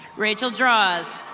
rachel draws.